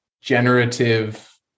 generative